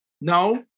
No